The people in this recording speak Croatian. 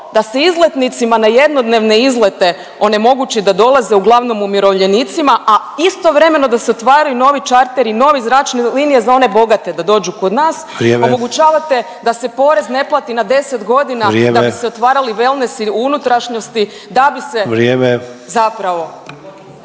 da se izletnicima na jednodnevne izlete onemogući da dolaze uglavnom umirovljenicima, a istovremeno da se otvaraju novi čarteri i nove zračne linije za one bogate da dođu kod nas …/Upadica Sanader: Vrijeme./… omogućavate da se porez ne plati na 10 godina …/Upadica Sanader: Vrijeme./… da vi se otvarali wellnessi u unutrašnjosti, da bi se …/Upadica